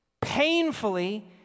Painfully